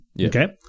Okay